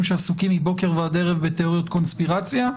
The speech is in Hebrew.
שעסוקים מבוקר ועד ערב בתיאוריות קונספירציה.